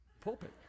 pulpit